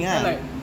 then like